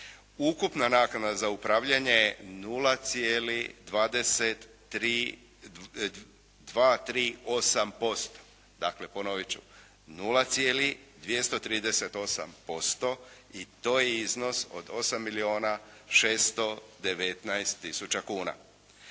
Ukupna naknada za upravljanje je 0,238%, dakle ponoviti ću 0,238% i to je iznos od 8 milijuna